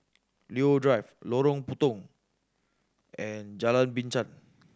Leo Drive Lorong Puntong and Jalan Binchang